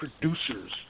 producers